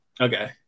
Okay